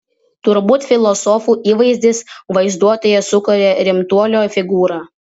turbūt filosofų įvaizdis vaizduotėje sukuria rimtuolio figūrą